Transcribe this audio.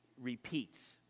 repeats